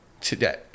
today